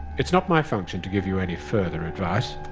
it's not my function to give you any further advice.